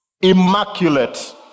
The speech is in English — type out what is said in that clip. immaculate